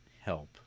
help